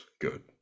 good